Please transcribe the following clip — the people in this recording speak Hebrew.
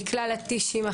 היא כלל הטישים,